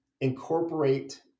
incorporate